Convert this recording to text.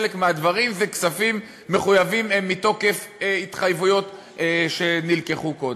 חלק מהדברים זה כספים מחויבים מתוקף התחייבויות שנלקחו קודם.